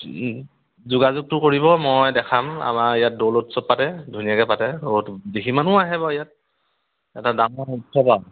যোগাযোগটো কৰিব মই দেখাম আমাৰ ইয়াত দৌল উৎসৱ পাতে ধুনীয়াকৈ পাতে বহুত বিদেশী মানুহ আহে বাৰু ইয়াত এটা ডাঙৰ উৎসৱ আৰু